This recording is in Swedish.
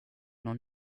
någon